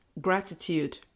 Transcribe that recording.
gratitude